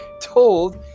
told